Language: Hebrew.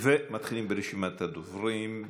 מתחילים ברשימת הדוברים: